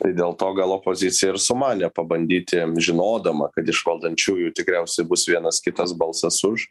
tai dėl to gal opozicija ir sumanė pabandyti žinodama kad iš valdančiųjų tikriausiai bus vienas kitas balsas už